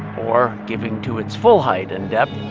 or, giving to its full height and depth,